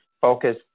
focus